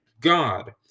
God